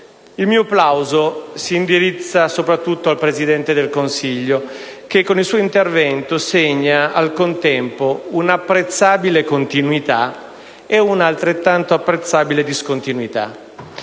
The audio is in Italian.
Il mio plauso si indirizza soprattutto al Presidente del Consiglio che, con il suo intervento, segna al contempo un'apprezzabile continuità e un'altrettanto apprezzabile discontinuità.